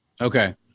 Okay